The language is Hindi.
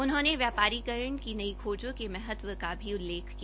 उन्होंने व्यापारीकरण की नई खोजों के महत्व का भी उल्लेख किया